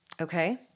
Okay